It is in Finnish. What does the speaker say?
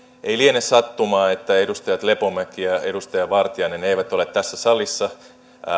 ei liene sattumaa että edustajat lepomäki ja edustaja vartiainen eivät ole tässä salissa